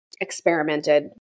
experimented